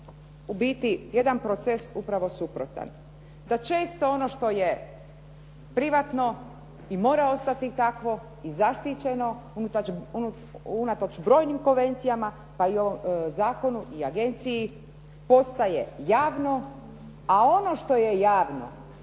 u biti jedan proces upravo suprotan, da često ono što je privatno i mora ostati takvo i zaštićeno unatoč brojnim konvencijama pa i zakonu i agenciji postaje javno. A ono što je javno